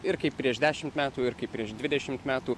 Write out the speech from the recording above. ir kaip prieš dešimt metų ir kaip prieš dvidešimt metų